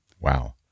wow